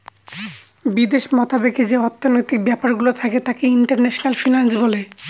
বিদেশ মতাবেকে যে অর্থনৈতিক ব্যাপারগুলো থাকে তাকে ইন্টারন্যাশনাল ফিন্যান্স বলে